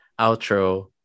outro